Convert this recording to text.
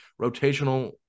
rotational